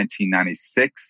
1996